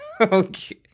Okay